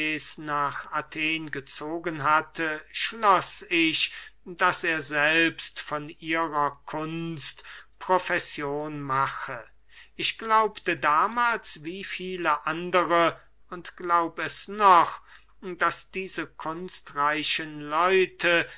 nach athen gezogen hatte schloß ich daß er selbst von ihrer kunst profession mache ich glaubte damahls wie viele andere und glaub es noch daß diese kunstreichen leute